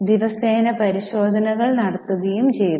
ദിവസേന പരിശോധനകൾ നടത്തുകയും ചെയ്തു